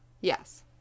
yes